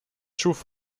schuf